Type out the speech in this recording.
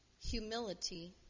humility